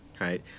right